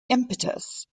impetus